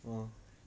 !huh!